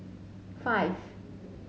five